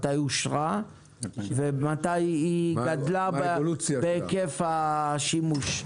מתי אושרה ומתי היא גדלה בהיקף השימוש?